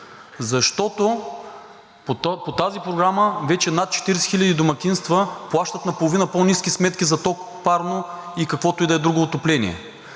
Защото по тази програма вече над 40 хиляди домакинства плащат наполовина по-ниски сметки за ток, парно и каквото и да е друго отопление,